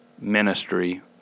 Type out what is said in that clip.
ministry